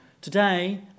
Today